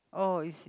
oh is it